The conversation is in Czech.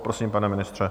Prosím, pane ministře.